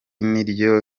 niryo